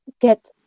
get